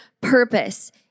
purpose